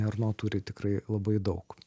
erno turi tikrai labai daug